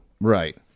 right